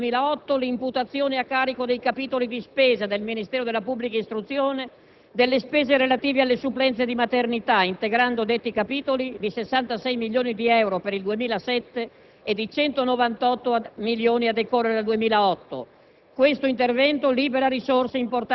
a decorrere dall'anno scolastico 2007-2008, l'imputazione a carico dei capitoli di spesa del Ministero della pubblica istruzione delle spese relative alle supplenze di maternità, integrando detti capitoli di 66 milioni di euro per il 2007 e di 198 milioni a decorrere dal 2008.